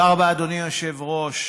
תודה רבה, אדוני היושב-ראש.